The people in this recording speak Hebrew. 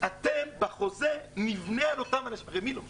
'אתם בחוזה ---' הרי מי לא משלם?